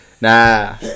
Nah